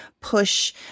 push